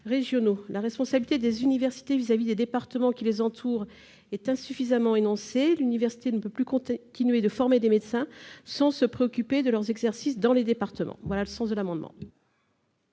régionaux. La responsabilité des universités à l'égard des départements qui les entourent est insuffisamment énoncée. L'université ne peut plus continuer de former des médecins sans se préoccuper de leur exercice dans les départements. L'amendement